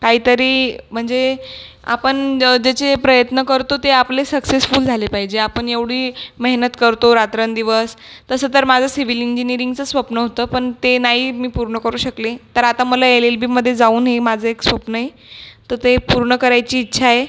काही तरी म्हणजे आपण ज ज्याचे प्रयत्न करतो ते आपले सक्सेसफुल झाले पाहिजे आपण एवढी मेहनत करतो रात्रंदिवस तसं तर माझं सिव्हिल इंजिनिअरिंगचं स्वप्न होतं पण ते नाही मी पूर्ण करू शकले तर आता मला एल एल बीमध्ये जाऊन हे माझं एक स्वप्न आहे तर ते पूर्ण करायची इच्छा आहे